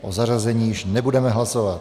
O zařazení již nebudeme hlasovat.